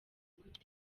gute